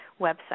website